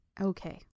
Okay